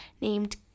named